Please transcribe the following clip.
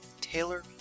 Taylor